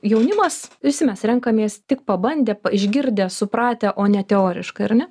jaunimas visi mes renkamės tik pabandę išgirdę supratę o ne teoriškai ar ne